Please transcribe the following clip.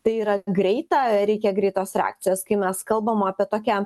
tai yra greita reikia greitos reakcijos kai mes kalbam apie tokią